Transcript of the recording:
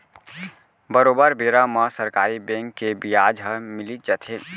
बरोबर बेरा म सरकारी बेंक के बियाज ह मिलीच जाथे